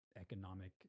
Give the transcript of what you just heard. economic